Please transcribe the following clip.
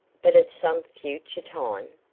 but at some future time?